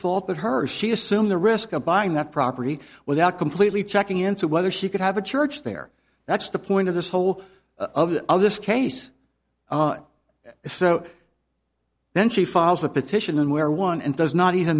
fault but her if she assumed the risk of buying that property without completely checking into whether she could have a church there that's the point of this whole of the of this case if so then she files a petition and where one and does not even